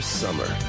summer